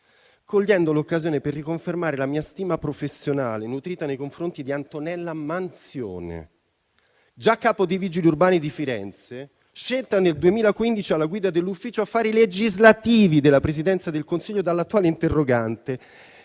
cogliendo l'occasione per riconfermare la mia stima professionale nutrita nei confronti di Antonella Manzione, già capo dei Vigili urbani di Firenze, scelta nel 2015 alla guida dell'Ufficio affari legislativi della Presidenza del Consiglio dall'attuale interrogante